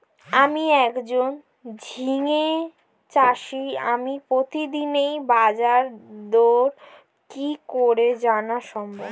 আমি একজন ঝিঙে চাষী আমি প্রতিদিনের বাজারদর কি করে জানা সম্ভব?